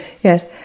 Yes